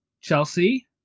Chelsea